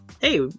hey